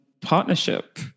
partnership